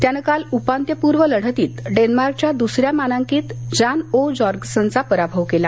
त्यानं काल उपान्त्यपूर्व लढतीत डेन्मार्कच्या दुसऱ्या मानांकित जान ओ जॉर्गसनचा पराभव केला